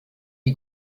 die